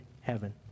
heaven